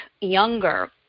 younger